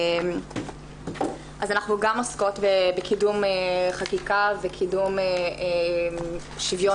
אנחנו גם עוסקות בקידום חקיקה וקידום שוויון